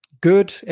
good